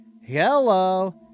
Hello